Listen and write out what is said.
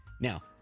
Now